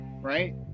Right